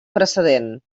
precedent